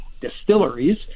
distilleries